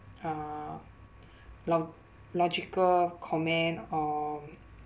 uh lo~ logical comment or